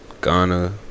Ghana